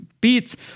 Beats